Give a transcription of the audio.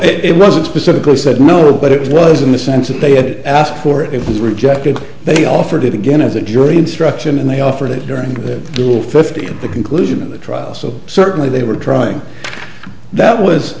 it wasn't specifically said no but it was in the sense that they had asked for it was rejected they offered it again as a jury instruction and they offered it during the will fifty at the conclusion of the trial so certainly they were trying that was